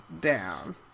down